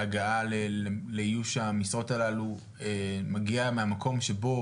בהגעה לאיוש המשרות הללו מגיע מהמקום שבו